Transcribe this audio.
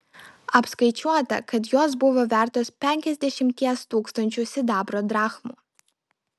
apskaičiuota kad jos buvo vertos penkiasdešimties tūkstančių sidabro drachmų